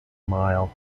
mile